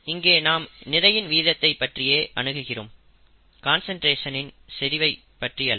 இங்கே நாம் நிறையின் வீதத்தை பற்றியே அணுகுகிறோம் கான்சன்ட்ரேஷன் ஐ செறிவை பற்றி அல்ல